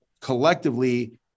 collectively